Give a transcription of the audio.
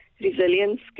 resilience